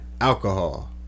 Alcohol